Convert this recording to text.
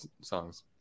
songs